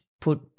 put